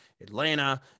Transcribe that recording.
Atlanta